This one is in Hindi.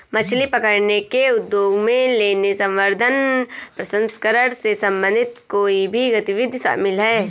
मछली पकड़ने के उद्योग में लेने, संवर्धन, प्रसंस्करण से संबंधित कोई भी गतिविधि शामिल है